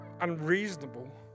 unreasonable